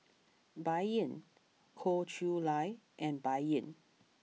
Bai Yan Goh Chiew Lye and Bai Yan